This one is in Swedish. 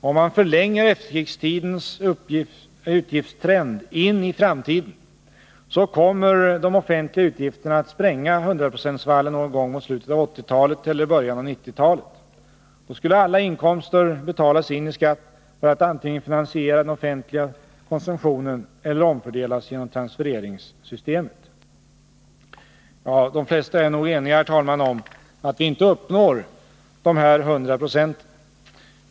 Om man förlänger efterkrigstidens utgiftstrend in i framtiden, så kommer de offentliga utgifterna att spränga 100-procentsvallen någon gång mot slutet av 1980-talet eller i början av 1990-talet. Då skulle alla inkomster betalas in i skatt för att antingen finansiera den offentliga konsumtionen eller omfördelas genom transfereringssystemet. De flesta är nog eniga om att vi inte uppnår dessa 100 96.